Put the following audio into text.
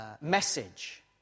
message